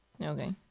Okay